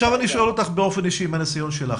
עכשיו אני אשאל אותך מהניסיון שלך.